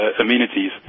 amenities